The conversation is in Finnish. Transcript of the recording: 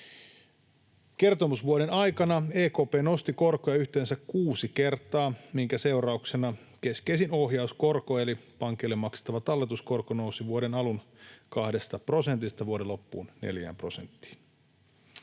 Kertomusvuoden aikana EKP nosti korkoja yhteensä kuusi kertaa, minkä seurauksena keskeisin ohjauskorko eli pankeille maksettava talletuskorko nousi vuoden alun kahdesta prosentista vuoden loppuun neljään prosenttiin.